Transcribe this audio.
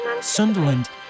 Sunderland